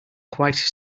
quite